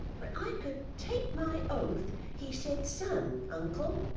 but i could take my oath he said son, uncle